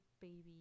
Baby